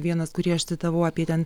vienas kurį aš citavau apie ten